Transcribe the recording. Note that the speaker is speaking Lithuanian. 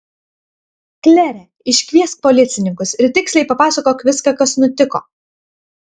klere iškviesk policininkus ir tiksliai papasakok viską kas nutiko